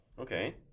Okay